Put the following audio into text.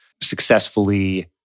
successfully